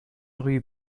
rue